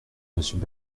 monsieur